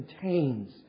contains